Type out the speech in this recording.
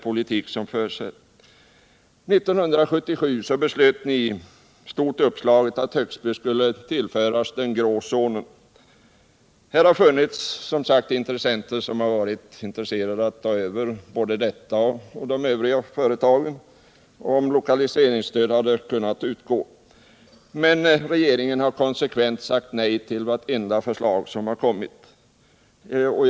1977 beslöt ni stort uppslaget att Högsby kommun skulle föras till den grå zonen. Det har, som redan sagts, funnits intressenter som velat ta över både glashyttan i Björkshult och de övriga företagen, om lokaliseringsstöd hade kunnat utgå. Regeringen har emellertid konsekvent sagt nej till varje förslag som framförts.